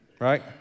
right